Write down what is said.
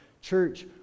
Church